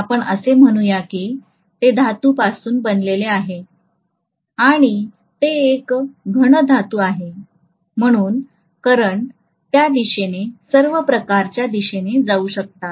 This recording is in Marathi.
आपण असे म्हणूया की ते धातूपासून बनलेले आहे आणि ते एक घन धातू आहे म्हणून करंट त्या दिशेने सर्व प्रकारच्या दिशेने जाऊ शकतात